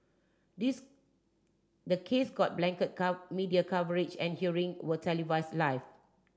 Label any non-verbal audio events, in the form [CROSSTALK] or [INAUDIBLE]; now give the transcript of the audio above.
this the case got blanket [UNINTELLIGIBLE] media coverage and hearing were televised live